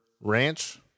ranch